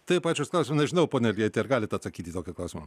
taip ačiū už klausimą nežinau pone iljeiti ar galite atsakyti į tokį klausimą